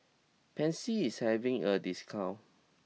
Pansy is having a discount